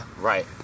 Right